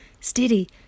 Steady